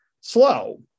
slow